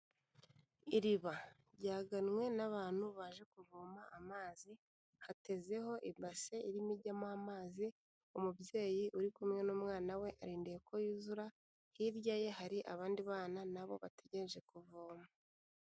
Iriba ryaganwe n'abantu baje kuvoma amazi, hatezeho ibase irimo ijyamo amazi, umubyeyi uri kumwe n'umwana we arinndi ko yuzura, hirya ye hari abandi bana nabo bategereje kuvoma.